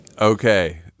Okay